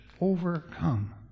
overcome